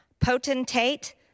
potentate